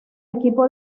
equipo